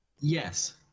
Yes